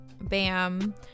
Bam